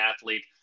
athlete